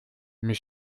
mes